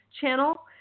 channel